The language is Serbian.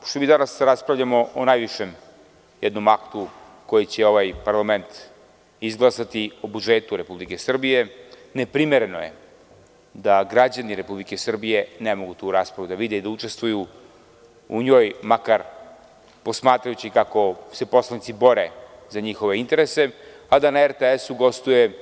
Pošto mi danas raspravljamo o najvišem aktu koji će ovaj parlament izglasati, o budžetu Republike Srbije, neprimereno je da građani Republike Srbije ne mogu tu raspravu da vide i da učestvuju u njoj, makar posmatrajući kako se poslanici bore za njihove interese, a da na RTS gostuje